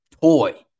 toy